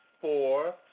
four